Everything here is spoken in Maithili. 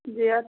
जे